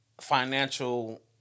financial